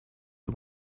you